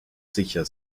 sicher